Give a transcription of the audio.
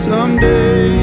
Someday